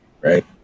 right